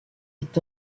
est